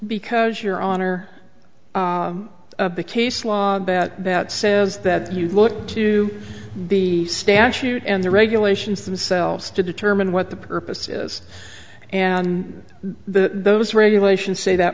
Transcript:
because your honor the case law bad that says that you look to the statute and the regulations themselves to determine what the purpose is and those regulations say that